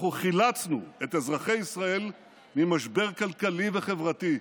אנחנו חילצנו את אזרחי ישראל ממשבר כלכלי וחברתי,